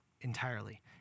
entirely